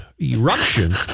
eruption